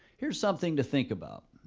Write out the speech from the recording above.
here's something to think about.